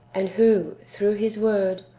and who, through his word,